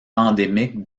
endémique